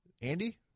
Andy